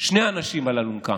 שני אנשים על אלונקה: